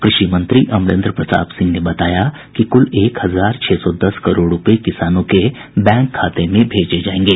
कृषि मंत्री अमरेन्द्र प्रताप सिंह ने बताया कि कुल एक हजार छह सौ दस करोड़ रूपये किसानों के बैंक खाते में भेजे जायेंगे